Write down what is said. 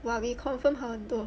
!wah! we confirm 好很多